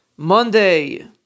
Monday